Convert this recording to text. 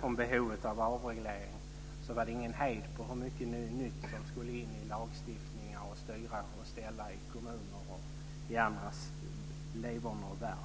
om behovet av avreglering inte var någon hejd på hur mycket nytt som skulle in i lagstiftningen för att styra och ställa i kommuner och i andras leverne och värv.